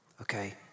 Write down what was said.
Okay